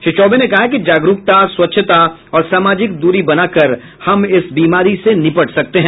श्री चौबे ने कहा कि जागरूकता स्वच्छता और सामाजिक दूरी बनाकर हम इस बीमारी से निपट सकते हैं